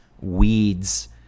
weeds